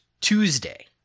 Tuesday